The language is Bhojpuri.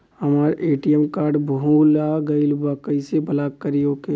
हमार ए.टी.एम कार्ड भूला गईल बा कईसे ब्लॉक करी ओके?